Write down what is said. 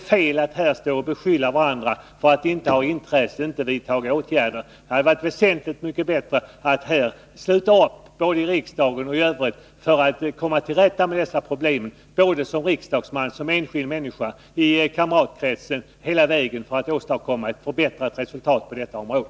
Jag anser att det är fel att här beskylla varandra för att inte ha intresse av att vidta åtgärder. Det hade varit väsentligt bättre att både i riksdagen och i Övrigt — både som riksdagsman, som enskild människa, i kamratkretsen och hela vägen — sluta upp för att åstadkomma ett förbättrat resultat på detta område.